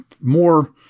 more